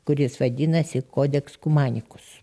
kuris vadinasi codex cumanicus